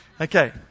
Okay